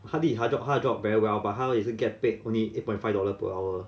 他 did in 他的 job 他的 job very well but 他也是 get paid only eight point five dollar per hour